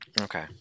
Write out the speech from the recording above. Okay